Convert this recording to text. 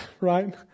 right